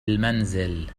المنزل